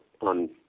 on